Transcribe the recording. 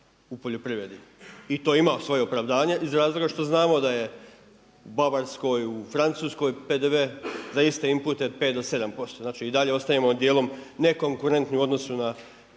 u poljoprivredi i to ima svoje opravdanje iz razloga što znamo da je u Bavarskoj, u Francuskoj PDV za iste inpute 5 do 7%. Znači i dalje ostajemo dijelom nekonkurentni u odnosu na